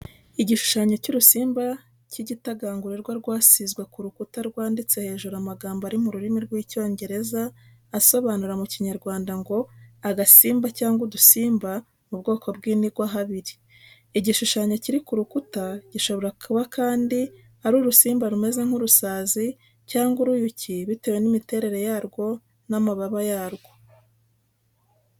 igishushanyo cy’urusimba cy'igitagangurirwa rwasizwe ku rukuta rwanditse hejuru amagambo ari mu rurimi rw'icyongereza asobanura mu kinyarwanda ngo agasimba cyangwa udusimba mu bwoko bw’inigwahabiri. Igishushanyo kiri ku rukuta gishobora kuba kandi ari urusimba rumeze nk’urusazi cyangwa uruyuki bitewe n’imiterere yarwo n’amababa yaryo.